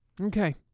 Okay